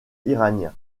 iranien